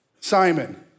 Simon